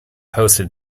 hosted